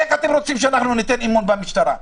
איך אתם רוצים שאנחנו ניתן אמון במשטרה,